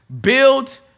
Build